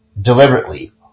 deliberately